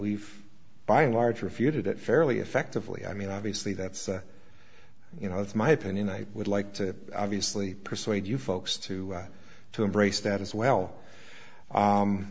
we've by a large refuted it fairly effectively i mean obviously that's you know it's my opinion i would like to obviously persuade you folks to to embrace that as well